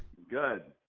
good.